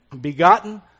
Begotten